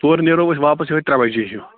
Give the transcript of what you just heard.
تورٕ نیرو أسۍ واپس یِہَے ترٛےٚ بجے ہیٛوٗ